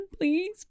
Please